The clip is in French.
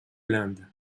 l’inde